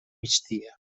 migdia